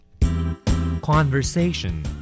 Conversation